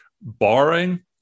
barring